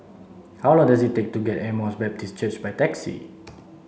how long does it take to get to Emmaus Baptist Church by taxi